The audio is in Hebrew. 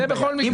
זה בכל מקרה.